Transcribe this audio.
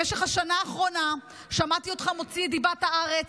במשך השנה האחרונה שמעתי אותך מוציא את דיבת הארץ,